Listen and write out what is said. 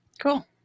Cool